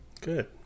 Good